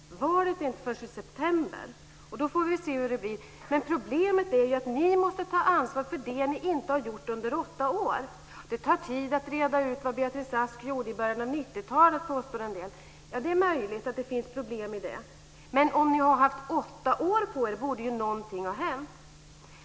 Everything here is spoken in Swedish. Valet hålls inte förrän i september. Då får vi se hur det blir. Problemet är att ni måste ta ansvar för det ni inte har gjort under åtta år. Det tar tid att reda ut vad Beatrice Ask gjorde i början av 90-talet, påstår en del. Det är möjligt att det finns problem i det. Men eftersom ni har haft åtta år på er borde någonting ha hänt.